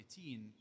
2018